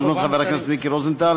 וביוזמת חבר הכנסת מיקי רוזנטל,